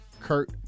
Kurt